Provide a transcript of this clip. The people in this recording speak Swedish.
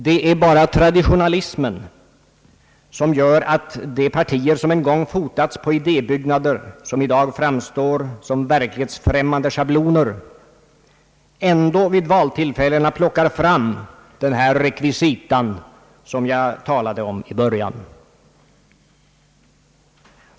Det är bara traditionalismen som gör att de partier, som en gång fotats på idébyggnader som i dag framstår som verklighetsfrämmande schabloner, ändå vid valtillfällena plockar fram den här rekvisitan som jag talade om i början.